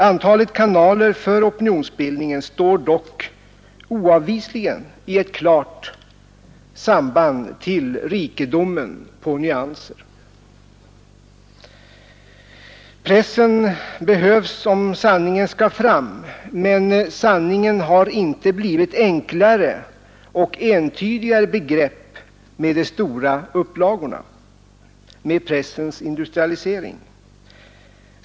Antalet kanaler för opinionsbildningen står dock oavvisligen i ett klart samband med rikedomen på nyanser. Pressen behövs om sanningen skall fram, men sanningen har inte blivit ett enklare och entydigare begrepp med de stora upplagorna, med pressens industrialisering.